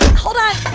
hold on.